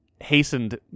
hastened